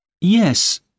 Yes